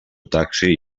taxi